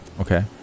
Okay